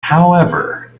however